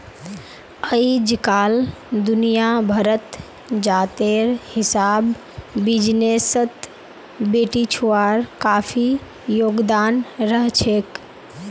अइजकाल दुनिया भरत जातेर हिसाब बिजनेसत बेटिछुआर काफी योगदान रहछेक